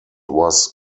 was